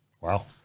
wow